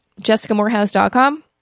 jessicamorehouse.com